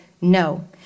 no